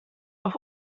auf